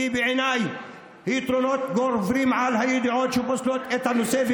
כי בעיניי היתרונות גוברים על הדעות שפוסלות את הנושא.